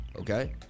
okay